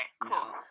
cool